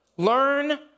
Learn